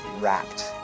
wrapped